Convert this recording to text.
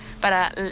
para